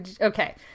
Okay